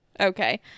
Okay